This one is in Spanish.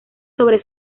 sobre